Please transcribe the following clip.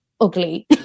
ugly